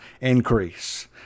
increase